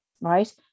right